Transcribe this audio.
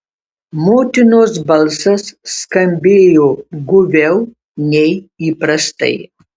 motinos balsas skambėjo guviau nei įprastai